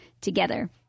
together